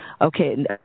Okay